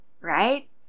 right